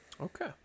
Okay